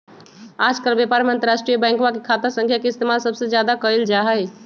आजकल व्यापार में अंतर्राष्ट्रीय बैंकवा के खाता संख्या के इस्तेमाल सबसे ज्यादा कइल जाहई